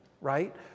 right